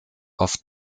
oft